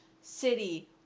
city